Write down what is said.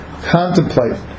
contemplate